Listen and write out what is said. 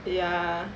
ya